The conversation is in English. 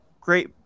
great